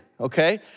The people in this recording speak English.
okay